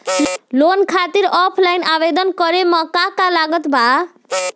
Loan खातिर offline आवेदन करे म का का लागत बा?